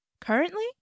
Currently